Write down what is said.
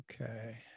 Okay